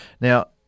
Now